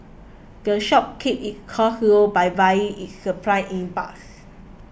the shop keeps its costs low by buying its supplies in bulks